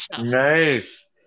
Nice